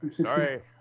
Sorry